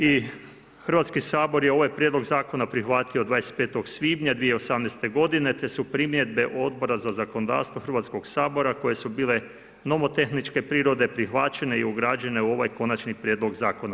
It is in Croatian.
I Hrvatski sabor je ovaj Prijedlog Zakona prihvatio 25. svibnja 2018. godine, te se primjedbe Odbora za zakonodavstvo Hrvatskog sabora koje su bile nomotehničke prirode prihvaćene i ugrađene u ovaj Konačni prijedlog Zakona.